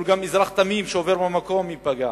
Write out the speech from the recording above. וגם אזרח תמים שעובר במקום עלול להיפגע.